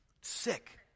Sick